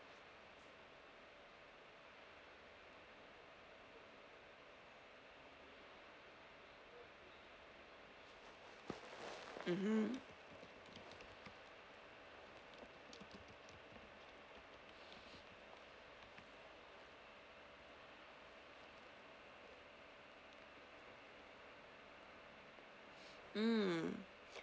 mmhmm mm